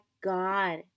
God